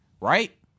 right